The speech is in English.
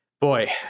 boy